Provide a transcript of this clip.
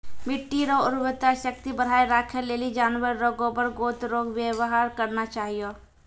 मिट्टी रो उर्वरा शक्ति बढ़ाएं राखै लेली जानवर रो गोबर गोत रो वेवहार करना चाहियो